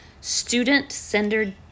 student-centered